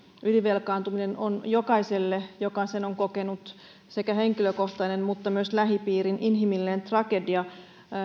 ylivelkaantuminen on jokaiselle joka sen on kokenut sekä henkilökohtainen että myös lähipiirin inhimillinen tragedia